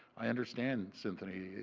i understand, cynthia,